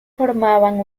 formaban